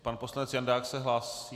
Pan poslanec Jandák se hlásí?